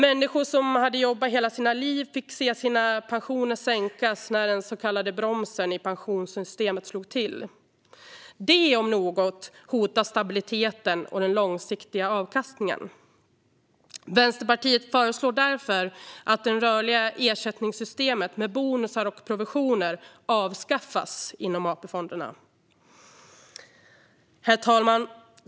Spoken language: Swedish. Människor som hade jobbat hela sitt liv fick se sin pension sänkas när den så kallade bromsen i pensionssystemet slog till. Det om något hotar stabiliteten och den långsiktiga avkastningen. Vänsterpartiet föreslår därför att det rörliga ersättningssystemet med bonusar och provision avskaffas inom AP-fonderna. Herr talman!